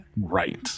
Right